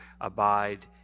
Abide